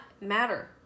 matter